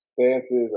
stances